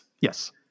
Yes